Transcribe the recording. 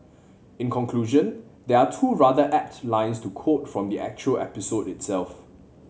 in conclusion there are two rather apt lines to quote from the actual episode itself